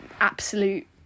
absolute